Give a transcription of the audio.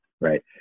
right